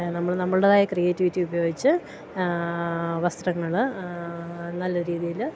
നമ്മൾ നമ്മളുടേതായ ക്രിയേറ്റിവിറ്റി ഉപയോഗിച്ച് വസ്ത്രങ്ങൾ നല്ല രീതിയിൽ